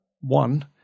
one